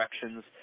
directions